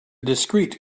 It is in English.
discrete